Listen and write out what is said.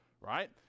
right